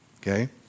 okay